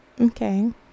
Okay